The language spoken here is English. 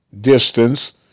distance